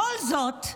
ובכל זאת,